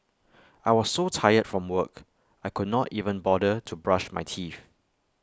I was so tired from work I could not even bother to brush my teeth